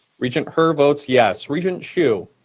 regent her votes yes. regent hsu?